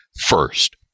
first